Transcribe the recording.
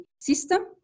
system